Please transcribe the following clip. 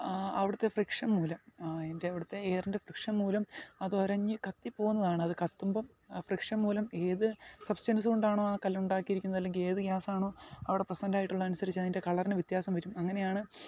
അവിടത്തെ ഫ്രിക്ഷൻ മൂലം ഇതിൻ്റെ അവിടത്തെ എയറിൻ്റെ ഫ്രിക്ഷൻ മൂലം അത് ഉരഞ്ഞ് കത്തി പോകുന്നതാണ് അത് കത്തുമ്പോൾ ഫ്രിക്ഷൻ മൂലം ഏത് സബ്സ്റ്റൻസ് കൊണ്ടാണോ ആ കല്ല് ഉണ്ടാക്കിയിരിക്കുന്നത് അല്ലെങ്കിൽ ഏത് ഗ്യാസാണോ അവിടെ പ്രെസൻ്റ് ആയിട്ടുള്ളത് അത് അനുസരിച്ച് അതിൻ്റെ കളറിന് വ്യത്യാസം വരും അങ്ങനെയാണ്